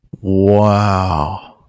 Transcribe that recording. Wow